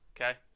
Okay